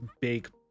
big